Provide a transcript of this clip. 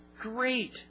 Great